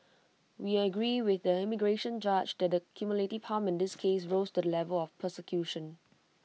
we agree with the immigration judge that the cumulative harm in this case rose to the level of persecution